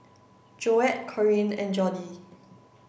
Joette Corrine and Jordi